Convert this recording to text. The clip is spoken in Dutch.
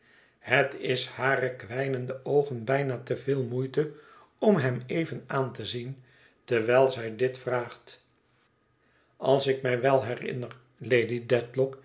het is hare kwijnende oogen bijna te veel moeite om hem even aan te zien terwijl zij dit vraagt als ik mij wel herinner lady